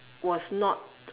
was not